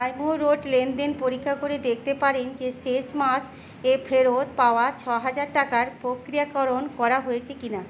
LimeRoad লেনদেন পরীক্ষা করে দেখতে পারেন যে শেষ মাসের ফেরত পাওয়া ছয়হাজার টাকার প্রক্রিয়াকরণ করা হয়েছে কিনা